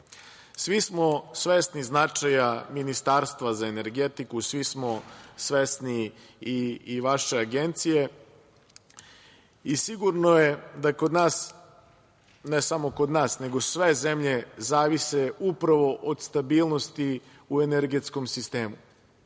smo svesni značaja Ministarstva za energetiku, svi smo svesni i vaše Agencije, i sigurno je da kod nas, ne samo kod nas nego sve zemlje zavise upravo od stabilnosti u energetskom sistemu.